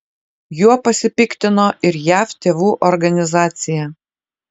juo pasipiktino ir jav tėvų organizacija